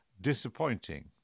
disappointing